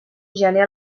gener